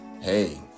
hey